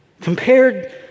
Compared